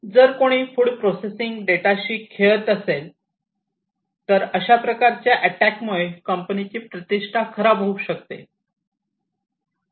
जर कोणी food processing डेटाशी खेळत असेल तर अशा प्रकारच्या अटॅकमुळे कंपनीची प्रतिष्ठा खराब होऊ शकते